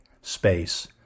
space